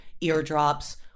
eardrops